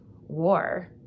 war